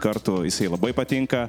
kartu jisai labai patinka